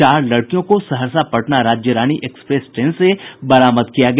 चार लड़कियों को सहरसा पटना राज्यरानी एक्सप्रेस ट्रेन से बरामद किया गया